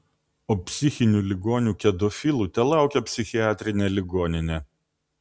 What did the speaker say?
o psichinių ligonių kedofilų telaukia psichiatrinė ligoninė